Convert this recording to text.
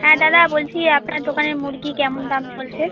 হ্যাঁ দাদা বলছি আপনার দোকানে মুরগি কেমন দাম চলছে